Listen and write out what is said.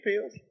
pills